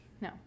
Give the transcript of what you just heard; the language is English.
no